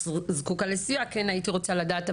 והיא זקוקה לסיוע, כן הייתי רוצה לדעת.